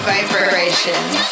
Vibrations